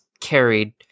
carried